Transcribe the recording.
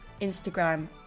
instagram